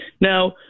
Now